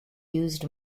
used